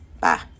Bye